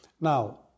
Now